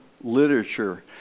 literature